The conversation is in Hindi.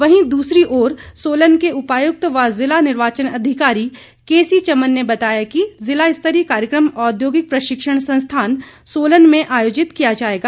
वहीं दूसरी ओर सोलन के उपायुक्त व जिला निर्वाचन अधिकारी केसी चमन ने बताया कि जिला स्तरीय कार्यक्रम औद्योगिक प्रशिक्षण संस्थान सोलन में आयोजित किया जायेगा